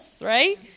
right